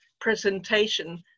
presentation